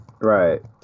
Right